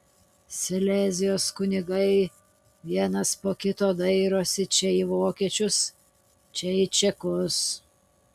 silezijos kunigai vienas po kito dairosi čia į vokiečius čia į čekus